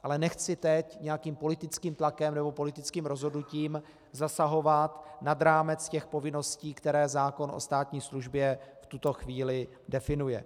Ale nechci teď nějakým politickým tlakem nebo politickým rozhodnutím zasahovat nad rámec těch povinností, které zákon o státní službě v tuto chvíli definuje.